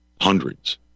Hundreds